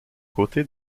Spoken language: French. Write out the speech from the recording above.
côté